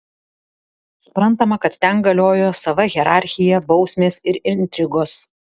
suprantama kad ten galiojo sava hierarchija bausmės ir intrigos